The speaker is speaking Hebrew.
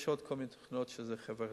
יש עוד כל מיני תוכניות שהן חברתיות,